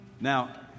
Now